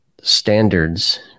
standards